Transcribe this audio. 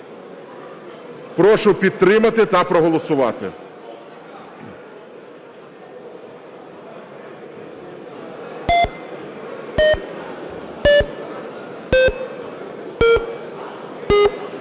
Прошу підтримати та проголосувати.